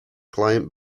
client